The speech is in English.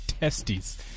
testes